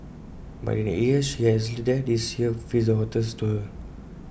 but in the eight years she has lived there this year feels the hottest to her